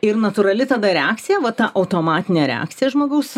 ir natūrali tada reakcija va ta automatinė reakcija žmogaus